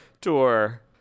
tour